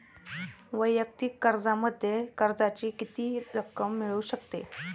वैयक्तिक कर्जामध्ये कर्जाची किती रक्कम मिळू शकते?